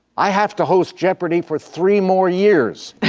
i have to host jeopardy! for three more years